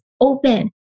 open